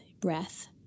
breath